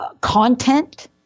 content